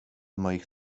moich